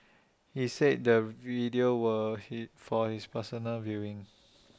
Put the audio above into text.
he said the videos were for his personal viewing